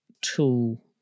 tool